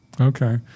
Okay